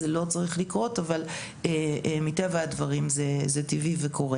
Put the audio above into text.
זה לא צריך לקרות, אבל מטבע הדברים, זה קורה.